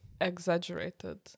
exaggerated